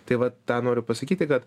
tai va tą noriu pasakyti kad